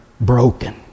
Broken